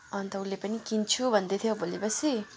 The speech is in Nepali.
अन्त उसले पनि किन्छु भन्दै थियो भोलिपर्सी